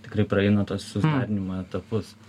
tikrai praeina tuos susiderinimo etapus